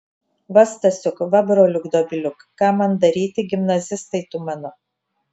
va stasiuk va broliuk dobiliuk ką man daryti gimnazistai tu mano